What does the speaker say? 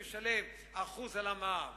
יש מי שמשלם 1% על המע"מ